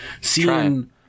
seeing